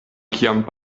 kiam